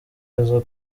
aza